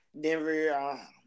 Denver